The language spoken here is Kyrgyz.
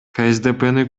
ксдпны